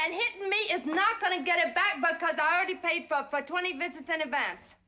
and hitting me is not going to get it back because i already paid for like twenty visits in advance.